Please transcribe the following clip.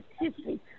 history